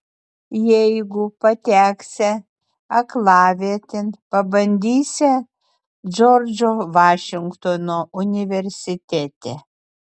jeigu pateksią aklavietėn pabandysią džordžo vašingtono universitete